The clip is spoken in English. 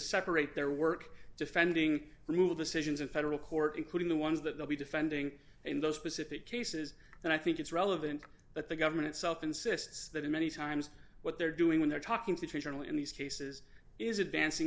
separate their work defending removal decisions in federal court including the ones that they'll be defending in those specific cases and i think it's relevant that the government itself insists that in many times what they're doing when they're talking situational in these cases is advancing